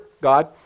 God